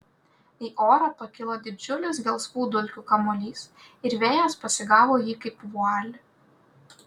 į orą pakilo didžiulis gelsvų dulkių kamuolys ir vėjas pasigavo jį kaip vualį